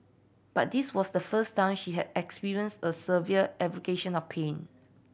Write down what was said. but this was the first time she had experienced a severe aggravation of pain